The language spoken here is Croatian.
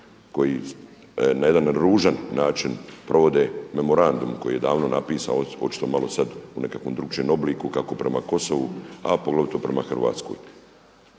koji na jedan ružan način provode memorandum koji je davno napisao, očito malo sad u nekakvom drukčijem obliku kako prema Kosovu, a poglavito prema Hrvatskoj.